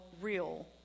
real